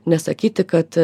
nesakyti kad